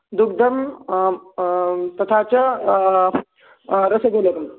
दुग्धं तथा च रसगोलकं